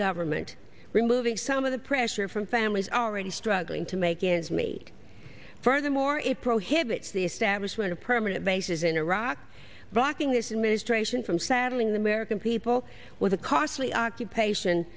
government removing some of the pressure from families already struggling to make is made furthermore it prohibits the establishment of permanent bases in iraq bucking this ministration from saddling the american people with a costly occupation